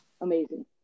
Amazing